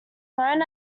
known